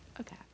Okay